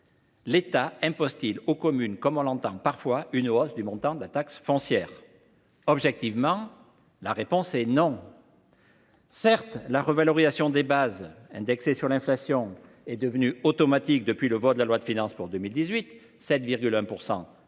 l’État impose-t-il aux communes, comme on l’entend parfois, une hausse du montant de la taxe foncière ? Objectivement, la réponse est non. Certes, la revalorisation des bases, indexée sur l’inflation, est devenue automatique depuis le vote de la loi de finances pour 2018 –